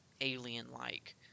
alien-like